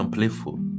Playful